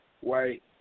white